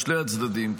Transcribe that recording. משני הצדדים,